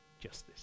justice